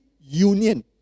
union